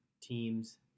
teams